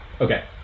Okay